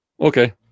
Okay